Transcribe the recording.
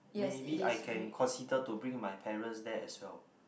maybe I can consider to bring my parents there as well